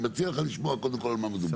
אני מציע לך לשמוע קודם כל על מה מדובר,